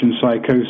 psychosis